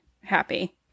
happy